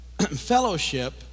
fellowship